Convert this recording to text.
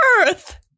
earth